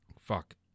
Fuck